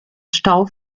stau